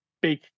big